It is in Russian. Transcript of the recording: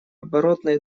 оборотной